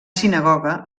sinagoga